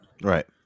Right